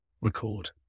record